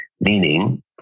meaning